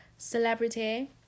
Celebrity